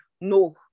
No